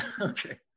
Okay